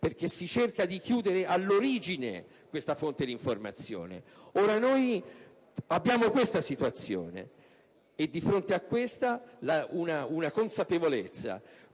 perché si cerca di chiudere all'origine questa fonte di informazione. Ora abbiamo davanti a noi questa situazione e, di fronte ad essa, una consapevolezza: